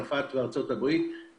צרפת לעומת ארצות הברית וכן הלאה.